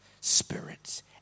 spirits